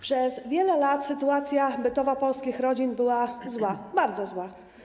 Przez wiele lat sytuacja bytowa polskich rodzin była zła, bardzo zła.